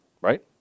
Right